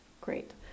Great